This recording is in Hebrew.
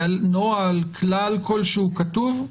נוהל או כלל כלשהו כתובים?